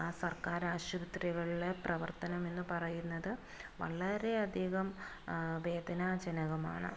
ആ സർക്കാർ ആശുപത്രികളിലെ പ്രവർത്തനമെന്ന് പറയുന്നത് വളരെയധികം വേദനാജനകമാണ്